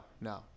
no